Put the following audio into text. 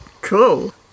Cool